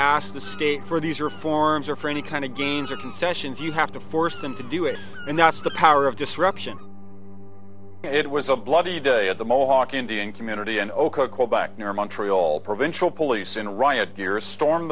ask the state for these reforms or for any kind of gains or concessions you have to force them to do it and that's the power of disruption it was a bloody day at the mohawk indian community in oka quebec near montreal provincial police in riot gear storm